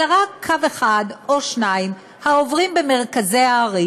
אלא רק קו אחד או שניים העוברים במרכזי הערים,